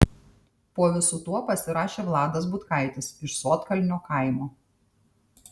po visu tuo pasirašė vladas butkaitis iš sodkalnio kaimo